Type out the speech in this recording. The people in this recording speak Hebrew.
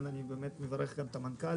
אני מברך כאן גם את המנכ"ל,